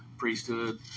Priesthood